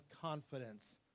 confidence